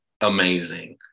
amazing